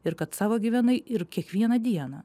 ir kad savo gyvenai ir kiekvieną dieną